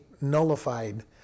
nullified